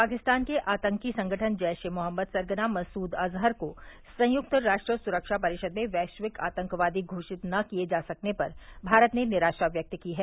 पाकिस्तान के आतंकी संगठन जैश ए मोहम्मद सरगना मसूद अजुहर को संयुक्त राष्ट्र सुरक्षा परिषद में वैश्विक आतंकवादी घोषित न किए जा सकने पर भारत ने निराशा व्यक्त की है